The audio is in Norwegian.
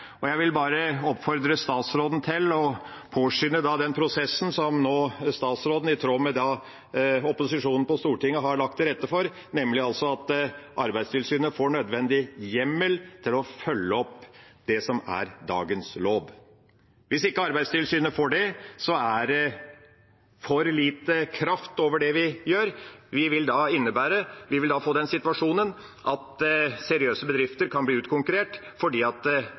Jeg vil bare oppfordre statsråden til å påskynde den prosessen som han i tråd med opposisjonen på Stortinget har lagt til rette for, nemlig at Arbeidstilsynet får nødvendig hjemmel til å følge opp det som er dagens lov. Hvis ikke Arbeidstilsynet får det, er det for lite kraft over det vi gjør. Vi vil da få den situasjonen at seriøse bedrifter kan bli utkonkurrert fordi de useriøse ikke blir det. Senterpartiet er altså for at